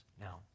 Now